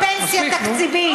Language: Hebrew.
אין פנסיה תקציבית.